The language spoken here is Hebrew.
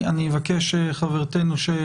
אחר כך אבקש את הסכמתך